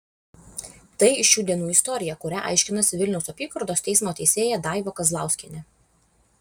tai šių dienų istorija kurią aiškinasi vilniaus apygardos teismo teisėja daiva kazlauskienė